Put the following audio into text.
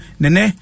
nene